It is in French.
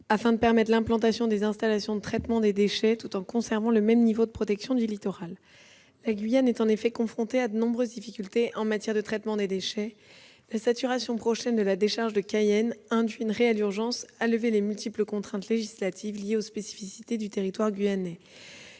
afin de permettre l'implantation d'installations de traitement des déchets tout en conservant le même niveau de protection du littoral. La Guyane est en effet confrontée à de nombreuses difficultés en matière de traitement des déchets. Du fait de la saturation prochaine de la décharge de Cayenne, il est urgent de lever les multiples contraintes législatives liées aux spécificités du territoire guyanais.